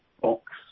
box